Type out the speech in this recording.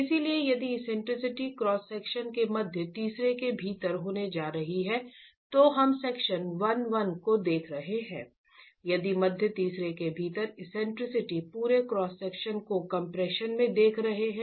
इसलिए यदि eccentricity cross section के मध्य तीसरे के भीतर होने जा रही है तो हम सेक्शन 1 1 को देख रहे हैं यदि मध्य तीसरे के भीतर एक्सेंट्रिसिटी पूरे क्रॉस सेक्शन को कम्प्रेशन में देख रहे हैं